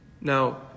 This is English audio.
Now